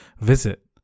visit